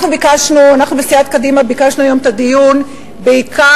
אנחנו בסיעת קדימה ביקשנו היום את הדיון בעיקר